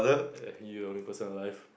you are the only person alive